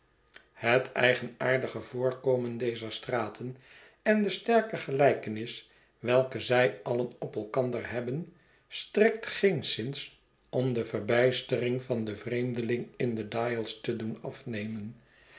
het eigenaardige voorkomen dezer straten en de sterke gelijkenis welke zij alien op elkander hebben strekt geenszins om de verbijstering van den vreemdeling in de dials te doen afuemen